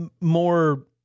more